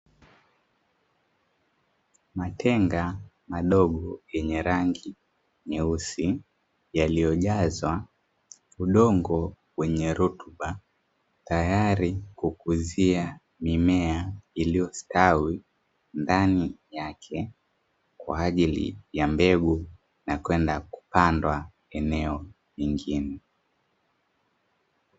Matenga madogo yenye rangi nyeusi yaliyojazwa udongo wenye rutub,a tayari kukuzia mimea iliyostawi ndani yake Kwa ajili ya mbegu na kwenda kupandwa eneo jingine.